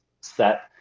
set